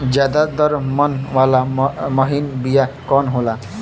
ज्यादा दर मन वाला महीन बिया कवन होला?